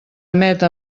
emeta